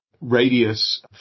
radius